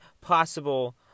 possible